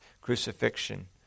crucifixion